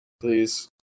please